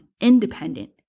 independent